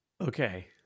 Okay